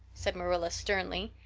said marilla sternly.